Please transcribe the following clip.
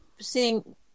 seeing